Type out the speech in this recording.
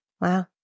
Wow